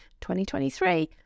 2023